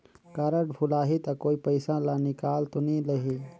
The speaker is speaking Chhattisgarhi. कारड भुलाही ता कोई पईसा ला निकाल तो नि लेही?